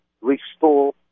restore